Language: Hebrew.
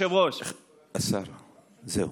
השר אמסלם,